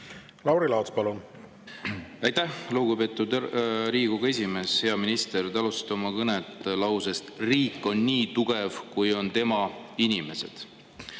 Lauri Laats, palun! Aitäh, lugupeetud Riigikogu esimees! Hea minister! Te alustasite oma kõnet lausest, et riik on nii tugev, kui on tema inimesed.